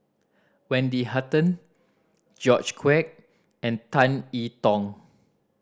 Wendy Hutton George Quek and Tan I Tong